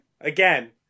Again